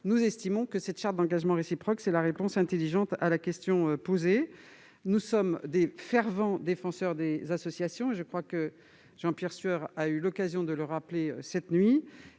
nous estimons que la charte des engagements réciproques constitue la réponse intelligente à la question posée. Nous sommes de fervents défenseurs des associations- Jean-Pierre Sueur a eu l'occasion de le rappeler hier soir.